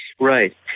Right